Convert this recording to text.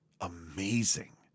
amazing